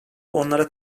onlara